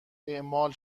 اعمال